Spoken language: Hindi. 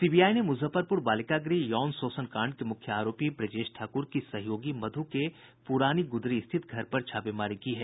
सीबीआई ने मुजफ्फरपुर बालिका गृह यौन शोषण कांड के मुख्य आरोपी ब्रजेश ठाकुर की सहयोगी मधु के पुरानी गुदरी स्थित घर पर छापेमारी की है